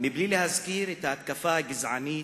מבלי להזכיר את ההתקפה הגזענית,